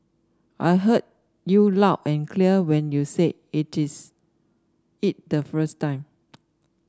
I heard you loud and clear when you said it is it the first time